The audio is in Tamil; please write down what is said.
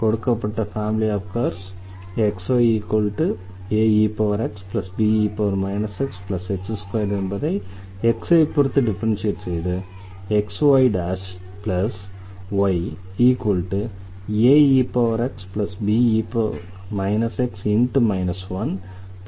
எனவே கொடுக்கப்பட்ட family of curves xyaexbe xx2 என்பதை x ஐப் பொறுத்து டிஃபரன்ஷியேட் செய்து xyyaex be x2x என பெறுகிறோம்